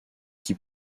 qui